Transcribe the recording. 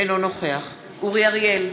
אינו נוכח אורי אריאל,